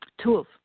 Tools